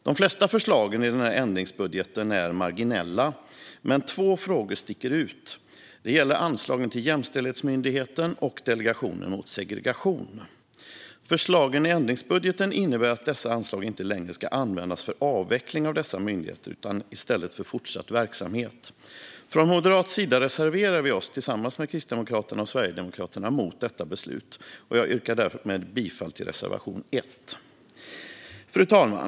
De flesta förslagen i ändringsbudgeten är marginella, men två frågor sticker ut. Det gäller anslagen till Jämställdhetsmyndigheten och Delegationen mot segregation. Förslagen i ändringsbudgeten innebär att dessa anslag inte längre ska användas för avveckling av dessa myndigheter utan i stället för fortsatt verksamhet. Från moderat sida reserverar vi oss, tillsammans med Kristdemokraterna och Sverigedemokraterna, mot detta beslut, och jag yrkar därmed bifall till reservation 1. Fru talman!